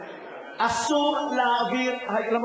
אסור להעביר את הבקשה,